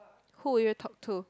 who will you talk to